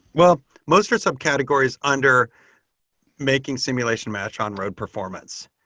well, most are subcategories under making simulation match on-road performance.